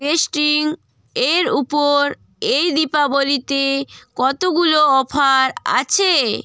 pasting এর উপর এই দীপাবলিতে কতগুলো অফার আছে